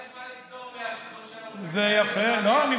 יהיה לי מה לגזור מהשידור של ערוץ הכנסת ולהעביר למשפחה.